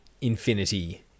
infinity